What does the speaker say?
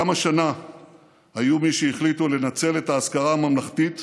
גם השנה היו מי שהחליטו לנצל את האזכרה הממלכתית